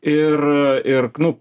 ir ir nu